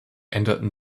änderten